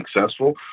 successful